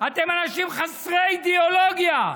אתם אנשים חסרי אידיאולוגיה.